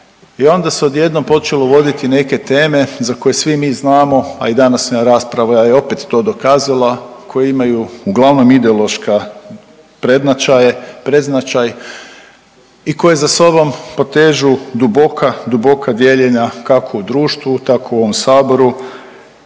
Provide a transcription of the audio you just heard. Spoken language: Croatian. i onda se odjednom počelo uvoditi neke teme za koje svi mi znamo a i današnja rasprava je opet to dokazala koji imaju uglavnom ideološki predznačaj i koji za sobom potežu duboka, duboka dijeljenja kako u društvu tako u ovom Saboru